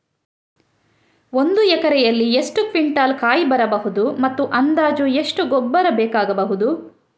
ಒಂದು ಎಕರೆಯಲ್ಲಿ ಎಷ್ಟು ಕ್ವಿಂಟಾಲ್ ಕಾಯಿ ಬರಬಹುದು ಮತ್ತು ಅಂದಾಜು ಎಷ್ಟು ಗೊಬ್ಬರ ಬೇಕಾಗಬಹುದು?